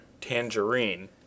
tangerine